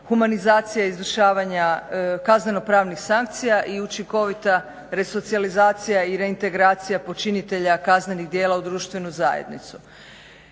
humanizacija izvršavanja kazneno-pravnih sankcija i učinkovita resocijalizacija i reintegracija počinitelja kaznenih djela u društvenu zajednicu.